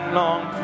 long